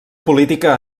política